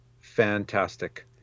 fantastic